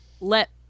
let